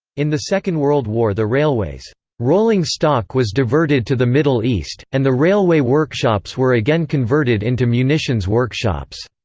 in the second world war the railways' rolling stock was diverted to the middle east, and the railway workshops were again converted into munitions workshops.